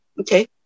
Okay